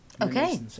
Okay